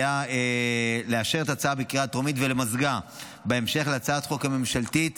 הייתה לאשר את ההצעה בקריאה טרומית ולמזגה בהמשך להצעת החוק הממשלתית